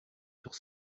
sur